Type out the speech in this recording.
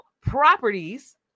properties